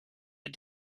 had